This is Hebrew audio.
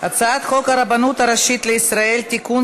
הצעת חוק הרבנות הראשית לישראל (תיקון,